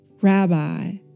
Rabbi